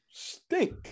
Stink